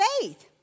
faith